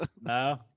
No